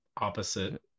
Opposite